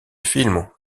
film